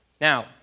Now